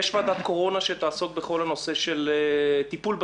יש ועדת קורונה שתעסוק בכל הנושא של טיפול בקורונה.